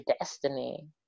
destiny